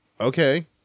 Okay